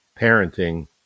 parenting